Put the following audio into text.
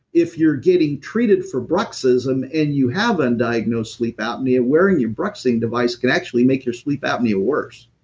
if you're getting treated for bruxism and you have undiagnosed sleep apnea, wearing your bruxing device can actually make your sleep apnea worse